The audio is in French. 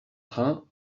train